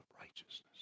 righteousness